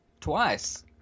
Twice